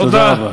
תודה רבה.